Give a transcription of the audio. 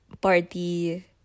party